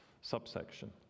subsection